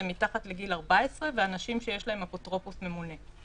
זה מתחת לגיל 14 ואנשים שיש להם אפוטרופוס ממונה,